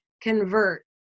convert